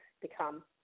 become